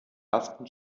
ersten